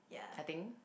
I think